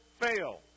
fail